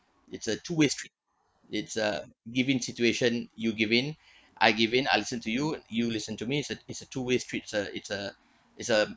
it's a two way street it's a given situation you give in I give in I listen to you you listen to me it's a it's a two way street it's a it's a it's a